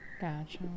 Gotcha